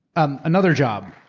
um another job.